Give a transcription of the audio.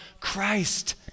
Christ